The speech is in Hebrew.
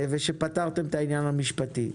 ושפתרתם את העניין המשפטי.